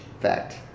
Fact